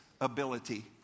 ability